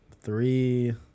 Three